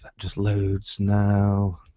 just load now.